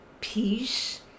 peace